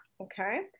Okay